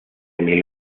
mil